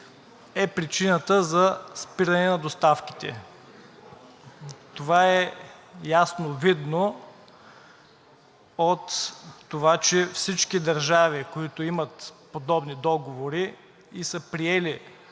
е причината за спиране на доставките. Това е ясно видно от това, че всички държави, които имат подобни договори и са приели